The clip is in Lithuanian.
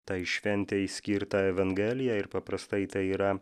tai šventei skirtą evangeliją ir paprastai tai yra